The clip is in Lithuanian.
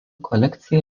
kolekcija